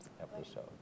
episode